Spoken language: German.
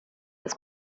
das